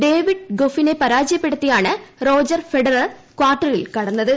David ഗൊഫിനെ പരാജയപ്പെടുത്തിയാണ് Roger Federer കാർട്ടറിൽ കടന്നത്